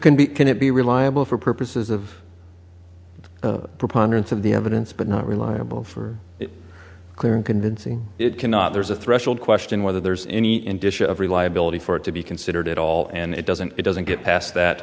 can be can it be reliable for purposes of the preponderance of the evidence but not reliable for clear and convincing it cannot there's a threshold question whether there's any indicia of reliability for it to be considered at all and it doesn't it doesn't get past that